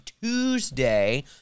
Tuesday